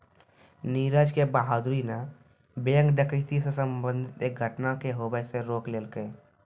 नीरज के बहादूरी न बैंक डकैती से संबंधित एक घटना के होबे से रोक लेलकै